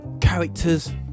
characters